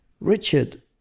Richard